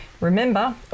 Remember